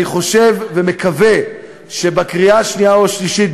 אני חושב ומקווה שבקריאה השנייה או השלישית,